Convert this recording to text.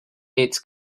its